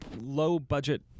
low-budget